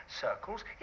circles